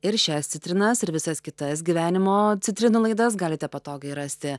ir šias citrinas ir visas kitas gyvenimo citrinų laidas galite patogiai rasti